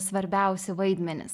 svarbiausi vaidmenys